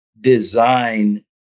design